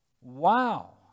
Wow